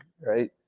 right